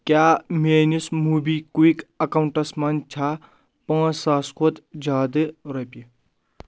کیٛاہ میٲنِس MobiKwik accounts منٛز چھا پانٛژھ ساس کھۄتہٕ زیٛادٕ رۄپیہِ